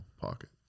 pocket